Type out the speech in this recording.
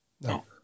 No